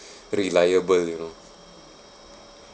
reliable you know